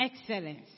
excellence